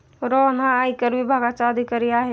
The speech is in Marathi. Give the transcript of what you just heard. रोहन हा आयकर विभागाचा अधिकारी आहे